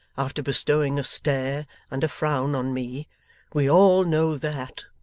after bestowing a stare and a frown on me we all know that